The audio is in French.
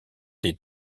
des